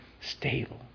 stable